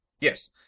Yes